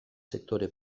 sektore